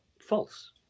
false